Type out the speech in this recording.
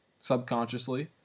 subconsciously